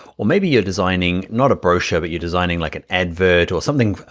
or maybe you're designing, not a broad show but you're designing like an advert, or something,